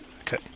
Okay